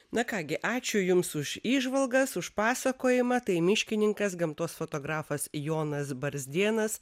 na ką gi ačiū jums už įžvalgas už pasakojimą tai miškininkas gamtos fotografas jonas barzdėnas